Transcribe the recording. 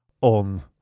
on